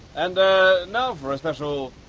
and, er, now for a special,